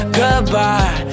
goodbye